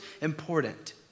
important